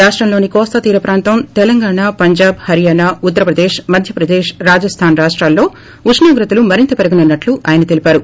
రాష్టంలోని కోస్తాతీర ప్రాంతం తెలంగాణ పంజాబ్ హర్యానా ఉత్తర్ ప్రదేశ్ మధ్యప్రదేశ్ రాజస్దాన్ రాష్టాల్లో ఉష్ణోగ్రతలు మరింత పెరగనున్నట్లు ఆయన తెలిపారు